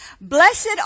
Blessed